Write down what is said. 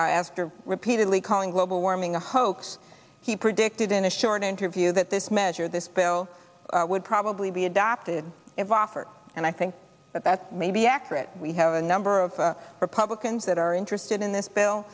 saying after repeatedly calling global warming a hoax he predicted in a short interview that this measure this bill would probably be adopted of offered and i think that that's maybe accurate we have a number of republicans that are interested in this bill